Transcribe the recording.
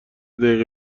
دقیقه